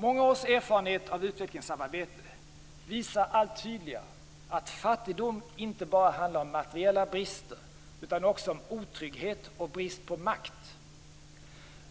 Många års erfarenhet av utvecklingssamarbete visar allt tydligare att fattigdom inte bara handlar om materiella brister utan också om otrygghet och brist på makt.